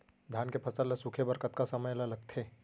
धान के फसल ल सूखे बर कतका समय ल लगथे?